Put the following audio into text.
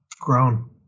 grown